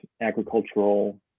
agricultural